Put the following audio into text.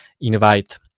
invite